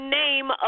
name